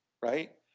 right